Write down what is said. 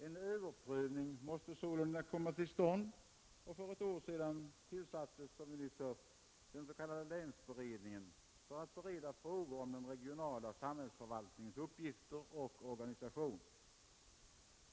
En överprövning måste sålunda komma till stånd, och för ett år sedan tillsattes, som vi nyss har hört, den s.k. länsberedningen för att bereda frågor om den regionala samhällsförvaltningens uppgifter och organisation.